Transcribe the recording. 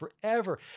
forever